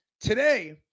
today